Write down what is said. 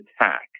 attack